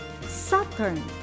Saturn